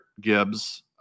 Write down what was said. gibbs